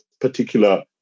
particular